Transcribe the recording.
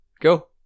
Go